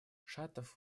шатов